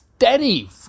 Steady